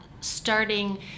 starting